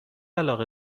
علاقه